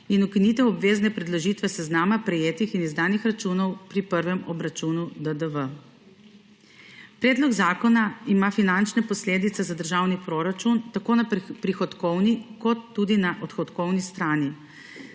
in ukinitev obvezne predložitve seznama prijetih in izdanih računov pri prvem obračunu DDV. Predlog zakona ima finančne posledice za državni proračun tako na prihodkovni kot tudi na odhodkovni strani.